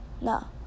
no